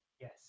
yes